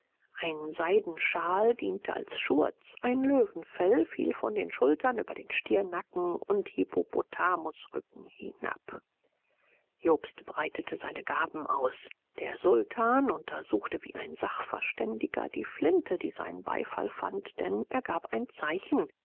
ein seidenschal diente als schurz ein löwenfell fiel von der schulter über den stiernacken und hippopotamusrücken hinab jobst breitete seine gaben aus der sultan untersuchte wie ein sachverständiger die flinte die seinen beifall fand denn er gab ein zeichen